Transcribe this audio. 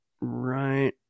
Right